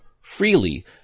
freely